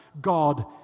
God